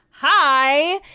hi